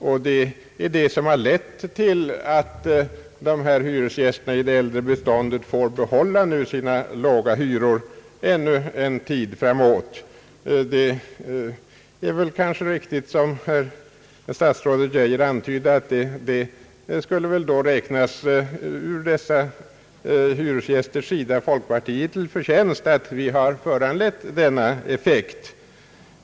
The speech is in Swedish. Alltså har detta lett till att hyresgästerna i det äldre beståndet nu får behålla sina låga hyror ännu en tid framåt. Det är kanske riktigt, som statsrådet Geijer antydde, att det ur dessa hyresgästers synpunkt kan räknas folkpartiet till förtjänst att det föranlett denna effekt.